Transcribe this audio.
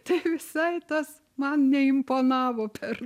tai visai tas man neimponavo per